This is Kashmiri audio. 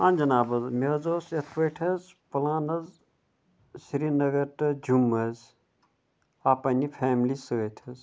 اہن جِناب حظ مےٚ حظ اوس یِتھ پٲٹھۍ حظ پٕلان حظ سریٖنگر ٹُو جُم حظ آ پَننہِ فٮ۪ملی سۭتۍ حظ